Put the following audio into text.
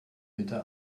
bitte